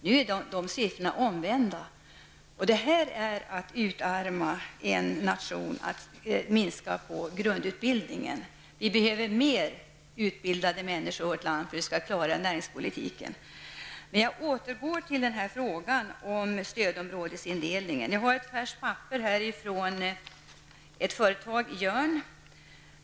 Nu är de siffrorna omvända. Det är att utarma en nation, att minska grundutbildningen. Vi behöver fler utbildade människor i vårt land för att vi skall klara näringspolitiken. Jag återgår till frågan om stödområdesindelningen. Jag har ett färskt papper från ett företag i Jörn.